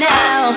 now